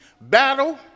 battle